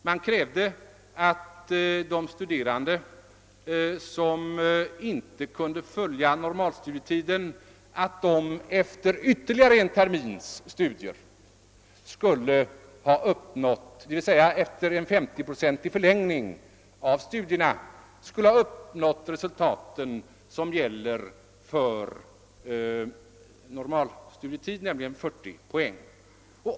Däri krävdes att de studerande, som inte kunde följa normalstudietiden, två terminer, efter ytterligare en termin, alltså efter en 50-procentig förlängning av den stipulerade tiden, skulle ha uppnått de resultat som krävs vid normal studietid, dvs. 40 poäng.